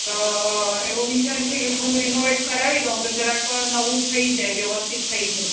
તો એવો વિચાર છે કે થોડું રીનોવેટ કરાવી દઉં તો જરાક નવું થઈ જાય વ્યવસ્થિત થઈ જાય